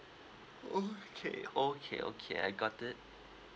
okay okay okay I got it